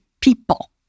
people